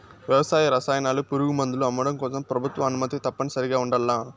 వ్యవసాయ రసాయనాలు, పురుగుమందులు అమ్మడం కోసం ప్రభుత్వ అనుమతి తప్పనిసరిగా ఉండల్ల